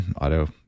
Auto